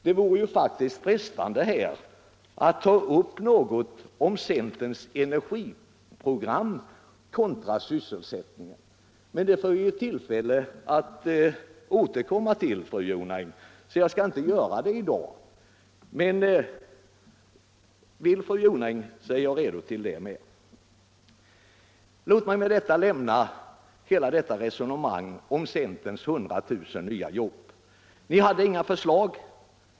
Det vore faktiskt frestande att ta upp något om centerns energiprogram kontra sysselsättningen, men den frågan får vi tillfälle att återkomma till, fru Jonäng, så jag skall inte beröra den vidare i dag. Men vill fru Jonäng tala om den är jag redo till det också. Låt mig med detta lämna hela resonemanget om centerns 100 000 nya jobb. Ni hade inga förslag.